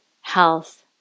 health